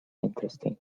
interesting